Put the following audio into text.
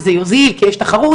שזה יוזיל כי יש תחרות,